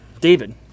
david